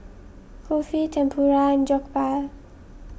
Kulfi Tempura and Jokbal